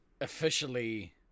officially